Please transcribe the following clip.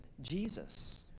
Jesus